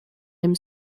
dem